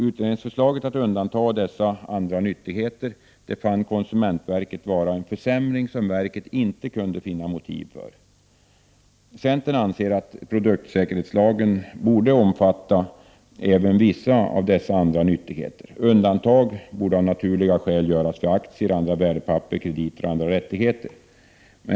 Utredningsförslaget att undanta dessa ”andra nyttigheter” fann konsumentverket vara en försämring som verket inte kunde finna motiv för. Centern anser att produktsäkerhetslagen borde omfatta vissa av dessa ”andra nyttigheter”. Undantag borde av naturliga skäl göras för aktier, andra värdepapper, krediter och andra rättigheter.